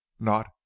Not